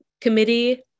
Committee